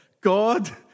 God